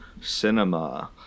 cinema